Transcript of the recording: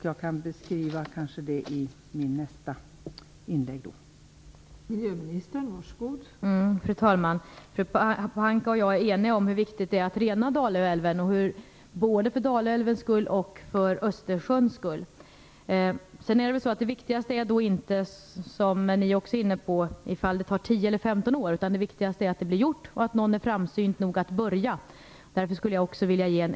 Jag kan återkomma till det i mitt nästa inlägg.